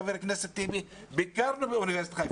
חבר הכנסת טיבי ואני ביקרנו באוניברסיטת חיפה,